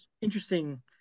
interesting